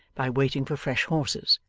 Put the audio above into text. by waiting for fresh horses.